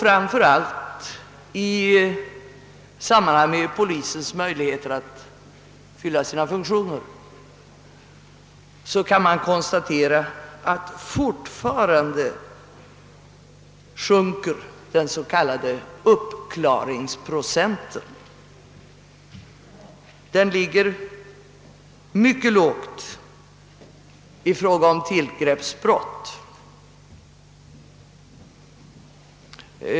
Framför allt kan man beträffande polisens möjligheter att fylla sina funktioner konstatera att den s.k. uppklaringsprocenten fortfarande sjunker. Den ligger mycket lågt i fråga om tillgreppsbrott.